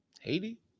Haiti